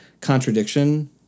contradiction